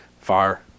Fire